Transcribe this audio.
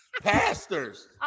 Pastors